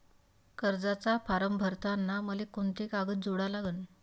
कर्जाचा फारम भरताना मले कोंते कागद जोडा लागन?